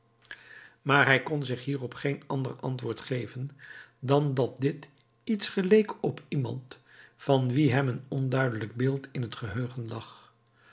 maar hij kon zich hierop geen ander antwoord geven dan dat dit iets geleek op iemand van wien hem een onduidelijk beeld in t geheugen lag